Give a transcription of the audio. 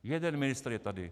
Jeden ministr je tady.